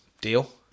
Deal